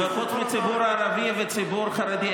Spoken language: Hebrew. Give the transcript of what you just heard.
חוץ מציבור ערבי וציבור חרדי,